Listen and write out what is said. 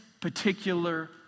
particular